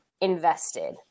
invested